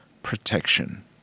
protection